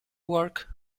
work